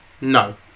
No